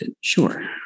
Sure